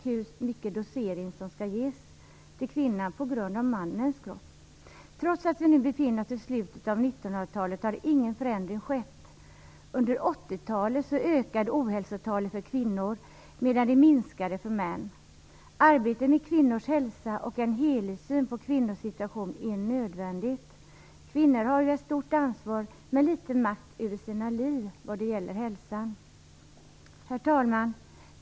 Hur stor dos som skall ges till kvinnan utgår från mannens kropp. Trots att vi nu befinner oss i slutet av 1900-talet har ingen förändring skett. Under 1980-talet ökade ohälsotalet för kvinnor medan det minskade för män. Arbetet med kvinnors hälsa och en helhetssyn på kvinnors situation är nödvändiga. Kvinnor har stort ansvar men liten makt över sina liv vad gäller hälsa. Herr talman!